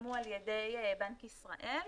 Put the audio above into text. שפורסמו על ידי בנק ישראל,